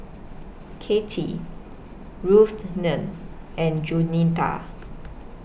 Katie Ruthanne and Jaunita